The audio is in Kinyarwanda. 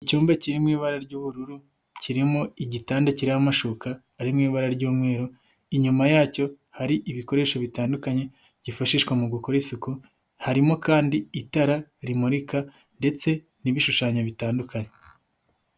Icyumba kiri mu ibara ry'ubururu, kirimo igitanda kiriho amashuka ari mu ibara ry'umweru, inyuma yacyo hari ibikoresho bitandukanye byifashishwa mu gukora isuku, harimo kandi itara rimurika ndetse n'ibishushanyo bitandukanye.